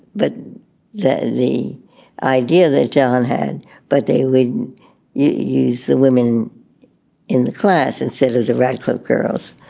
but the the idea that john had but they would use the women in the class instead of the radcliffe girls